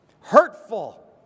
hurtful